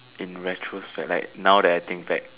in retrospect like now that I think back